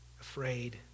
afraid